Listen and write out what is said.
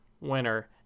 winner